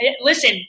Listen